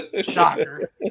Shocker